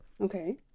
Okay